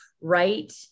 right